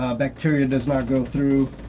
um bacteria does not go through.